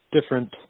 different